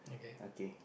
okay